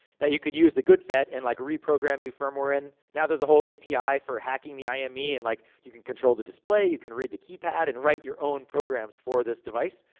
that you could use the goodfet, and like reprogram new firmware in. now there's a whole api for hacking the ime. and, like you can control the display, you can read the keypad, and write your own programs for this device.